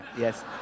Yes